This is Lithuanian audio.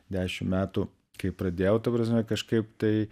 dešim metų kai pradėjau ta prasme kažkaip tai